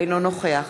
אינו נוכח